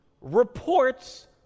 Reports